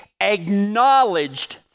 acknowledged